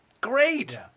Great